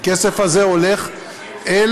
הכסף הזה הולך אל